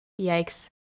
Yikes